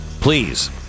Please